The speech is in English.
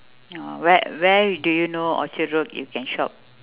where where do you know orchard-road you can shop